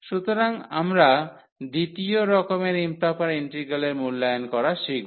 সুতরাং আমরা দ্বিতীয় রকমের ইম্প্রপার ইন্টিগ্রালের মুল্যায়ন করা শিখব